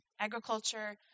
agriculture